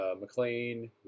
McLean